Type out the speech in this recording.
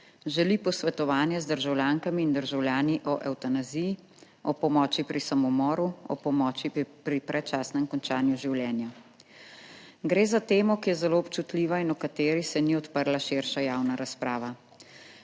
želi posvetovanje z državljankami in državljani o evtanaziji, o pomoči pri samomoru, o pomoči pri predčasnem končanju življenja. Gre za temo, ki je zelo občutljiva in o kateri se ni odprla širša javna razprava.